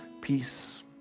peace